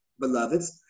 beloveds